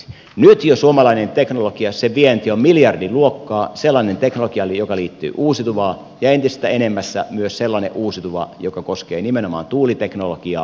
nyt jo suomalaisen teknologian vienti on miljardiluokkaa sellaisen teknologian joka liittyy uusiutuvaan ja entistä enemmässä myös sellainen uusiutuva joka koskee nimenomaan tuuliteknologiaa